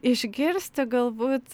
išgirsti galbūt